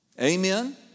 Amen